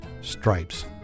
stripes